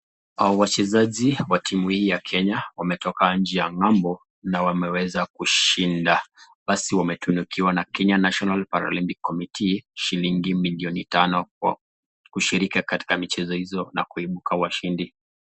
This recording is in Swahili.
Wachezaji wa timu hii ya Kenya wametoka nchi ya ngambo na wameweza kushinda. Basi wametunukiwa na Kenya National Paralelical Commitee shilingi milioni tano kushiriki katika michezo izo na kuibuka washindi.